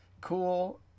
Cool